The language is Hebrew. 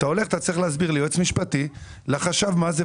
אתה צריך להסביר ליועץ משפטי ולחשב מה זה,